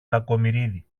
κακομοιρίδη